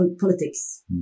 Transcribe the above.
politics